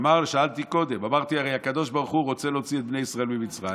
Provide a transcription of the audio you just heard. אמרתי הרי שהקדוש ברוך הוא רוצה להוציא את בני ישראל ממצרים,